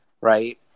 right